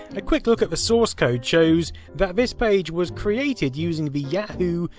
a quick look at the source code shows that this page was created using the yahoo!